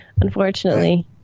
unfortunately